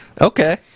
Okay